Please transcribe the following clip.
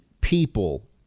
people